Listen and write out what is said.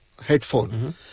headphone